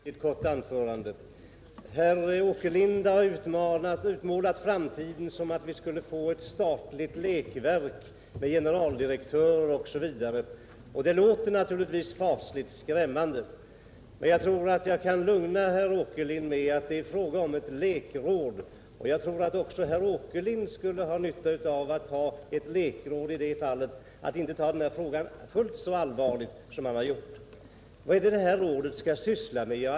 Herr talman! Jag skall inte hålla något längre anförande. Herr Åkerlind har utmålat framtiden så som om vi skulle få ett statligt lekverk med generaldirektör osv. Det låter naturligtvis fasligt skrämmande. Men jag tror att jag kan lugna herr Åkerlind med att det är fråga om ett lekråd. Också herr Åkerlind skulle ha nytta av ett lekråd så att han inte behövde ta denna fråga fullt så allvarligt som han har gjort. Vad skall detta råd syssla med?